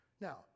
Now